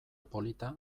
polita